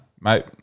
mate